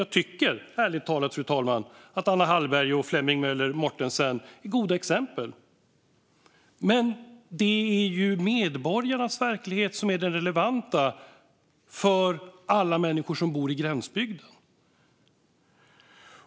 Jag tycker ärligt talat att Anna Hallberg och Flemming Møller Mortensen är goda exempel. Men det är medborgarnas verklighet som är den relevanta för alla som bor i gränsbygderna.